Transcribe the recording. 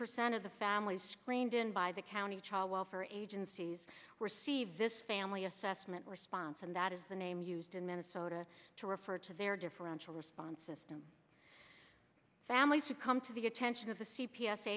percent of the families screened in by the county child welfare agencies receive this family assessment response and that is the name used in minnesota to refer to their differential response system families to come to the attention of the c